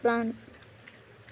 France